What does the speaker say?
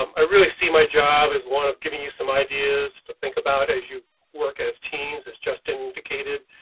um i really see. my job is one of giving you some ideas to think about as you work as teams it's just indicated.